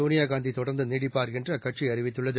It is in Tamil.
சோனியா காந்தி தொடர்ந்து நீடிப்பார் என்று அக்கட்சி அறிவித்துள்ளது